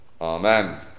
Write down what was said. Amen